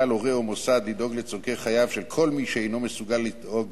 על הורה או מוסד לדאוג לצורכי חייו של כל מי שאינו מסוגל לדאוג